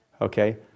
Okay